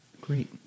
Great